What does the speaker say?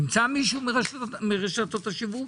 נמצא מישהו מרשתות השיווק.